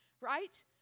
Right